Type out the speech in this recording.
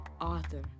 author